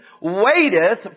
waiteth